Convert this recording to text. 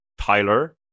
Tyler